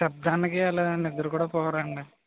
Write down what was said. శబ్ధానికి అలా నిద్రకూడా పోరండి